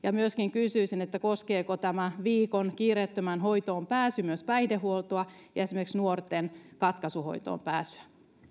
myöskin kysyisin koskeeko tämä viikossa kiireettömään hoitoon pääsy myös päihdehuoltoa ja esimerkiksi nuorten katkaisuhoitoon pääsyä